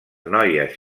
noies